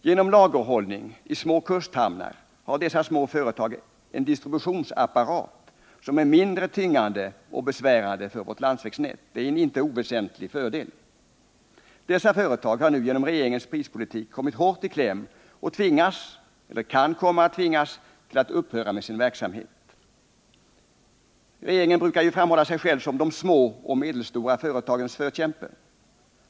Genom lagerhållning i små kusthamnar har dessa små företag en distributionsapparat som är mindre tyngande och besvärande för vårt landsvägsnät — en inte oväsentlig fördel. Dessa företag har nu genom regringens prispolitik kommit hårt i kläm och tvingas — eller kan komma att tvingas—-att upphöra med sin verksamhet. Regeringen brukar ju framhålla sig själv som de små och medelstora företagens förkämpe.